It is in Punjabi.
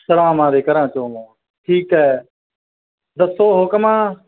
ਸਲਾਮਾ ਦੇ ਘਰਾਂ 'ਚੋਂ ਠੀਕ ਹੈ ਦੱਸੋ ਹੁਕਮ